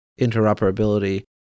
interoperability